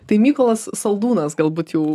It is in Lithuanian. tai mykolas saldūnas galbūt jau